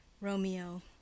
Romeo